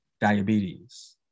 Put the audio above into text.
diabetes